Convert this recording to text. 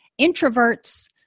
introverts